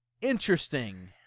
interesting